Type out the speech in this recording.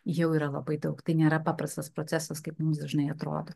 jau yra labai daug tai nėra paprastas procesas kaip mums dažnai atrodo